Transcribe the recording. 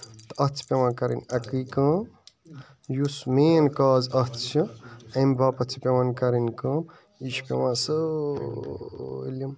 تہٕ اَتھ چھِ پیٚوان کَرٕنۍ اَکٕے کٲم یُس مین کاز اَتھ چھُ اَمہِ باپَتھ چھِ پیٚوان کَرٕنۍ کٲم یہٕ چھِ پیٚوان سٲلم